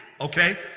Okay